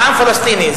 העם הפלסטיני.